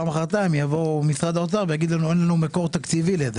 מחר-מוחרתיים ויגיד שאין לו מקור תקציבי לזה.